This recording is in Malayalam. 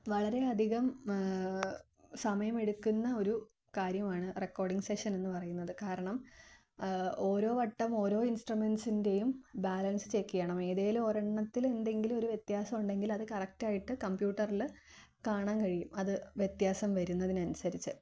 വളരെ അധികം സമയമെടുക്കുന്ന ഒരു കാര്യമാണ് റെക്കോഡിങ് സെഷൻ എന്ന് പറയുന്നത് കാരണം ഒരോ വട്ടം ഓരോ ഇൻസ്ട്രുമെൻസിൻറ്റേയും ബാലൻസ് ചെക്കിയ്യണം ഏതേലും ഒരെണ്ണത്തില് എന്തെങ്കിലും ഒരു വ്യത്യാസം ഉണ്ടെങ്കിൽ അത് കറക്റ്റായിട്ട് കംപ്യൂട്ടറില് കാണാന് കഴിയും അത് വ്യത്യാസം വരുന്നതിനനുസരിച്ച്